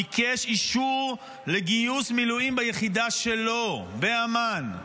הוא ביקש אישור לגיוס מילואים ביחידה שלו, באמ"ן,